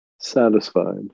satisfied